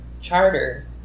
charter